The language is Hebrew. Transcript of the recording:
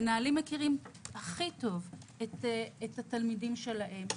המנהלים מכירים הכי טוב את התלמידים שלהם.